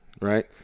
right